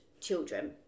children